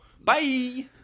Bye